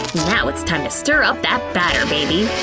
now it's time to stir up that batter, baby!